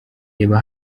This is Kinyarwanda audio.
reba